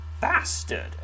Bastard